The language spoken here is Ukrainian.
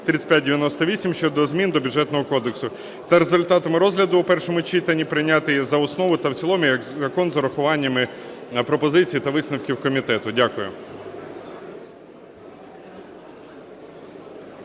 3598, щодо змін до Бюджетного кодексу, за результатами розгляду у першому читанні прийняти їх за основу та в цілому як закон з урахуваннями пропозицій та висновків комітету. Дякую.